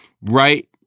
right